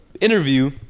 interview